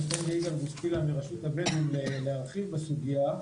אני אתן ליגאל בוסקילה מרשות הבדואים להרחיב בסוגיה,